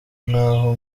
ngaho